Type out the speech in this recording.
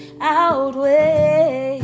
outweigh